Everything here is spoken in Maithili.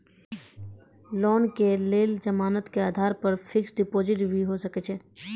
लोन के लेल जमानत के आधार पर फिक्स्ड डिपोजिट भी होय सके छै?